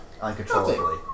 uncontrollably